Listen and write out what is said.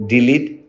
Delete